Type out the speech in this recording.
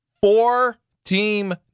Four-team